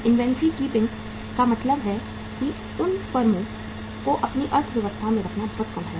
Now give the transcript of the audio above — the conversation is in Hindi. इन्वेंट्री कीपिंग का मतलब है कि उन फर्मों को अपनी अर्थव्यवस्था में रखना बहुत कम है